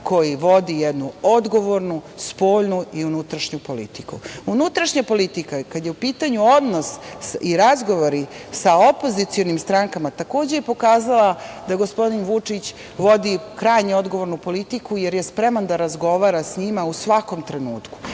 koji vodi jednu odgovornu spoljnu i unutrašnju politiku. Unutrašnja politika, kada je u pitanju odnos i razgovori sa opozicionim strankama, takođe je pokazala da gospodin Vučić vodi krajnje odgovornu politiku, jer je spreman da razgovara s njima u svakom trenutku.